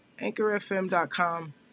AnchorFM.com